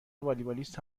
والیبالیست